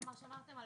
כלומר שמרתם על